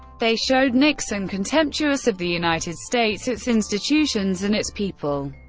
they showed nixon contemptuous of the united states, its institutions, and its people.